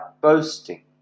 boasting